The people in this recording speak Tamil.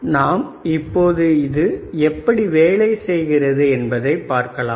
எனவே நாம் இப்போது இது எப்படி வேலை செய்கிறது என்பதை பார்க்கலாம்